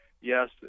yes